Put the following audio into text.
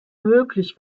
möglich